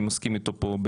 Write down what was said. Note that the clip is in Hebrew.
אני מסכים איתו פה.